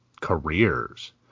careers